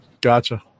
Gotcha